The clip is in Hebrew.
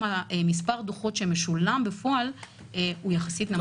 מספר הדוחות שמשולם בפועל הוא יחסית נמוך.